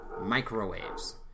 microwaves